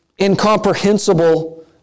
incomprehensible